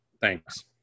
thanks